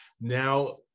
now